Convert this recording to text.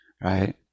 right